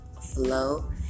flow